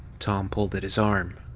tom pulled at his arm.